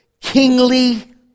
kingly